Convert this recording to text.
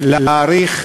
להעריך